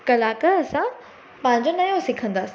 कलाक असां पंहिंजो नओं सिखंदासीं